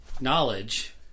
knowledge